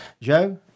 Joe